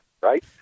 right